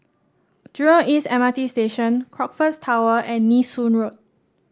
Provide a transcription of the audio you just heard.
Jurong East M R T Station Crockfords Tower and Nee Soon Road